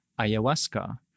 ayahuasca